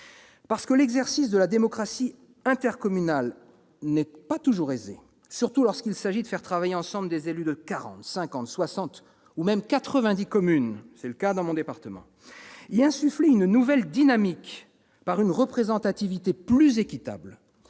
Parce que l'exercice de la démocratie intercommunale n'est pas toujours aisé, surtout lorsqu'il s'agit de faire travailler ensemble des élus issus de 40, 50, 60 ou même 90 communes, insuffler une nouvelle dynamique par une représentation plus équitable